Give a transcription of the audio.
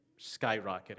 skyrocketing